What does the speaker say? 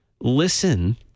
Listen